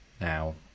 now